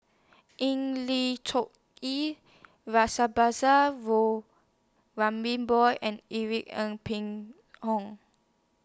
Eng Lee E boy and Irene Ng Phek Hoong